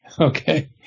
okay